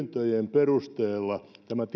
perusteella